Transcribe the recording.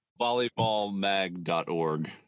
Volleyballmag.org